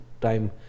time